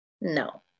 No